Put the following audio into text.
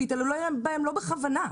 והתעללו בהם לא בכוונה,